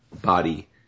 body